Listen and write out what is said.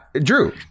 Drew